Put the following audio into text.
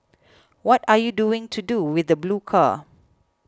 what are you doing to do with the blue car